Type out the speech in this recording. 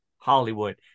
hollywood